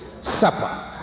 supper